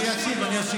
אני אשיב.